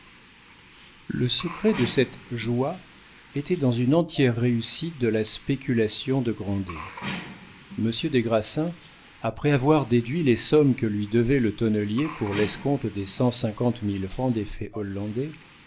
le secret de cette joie était dans une entière réussite de la spéculation de grandet monsieur des grassins après avoir déduit les sommes que lui devait le tonnelier pour l'escompte des cent cinquante mille francs